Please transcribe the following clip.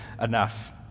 enough